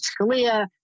Scalia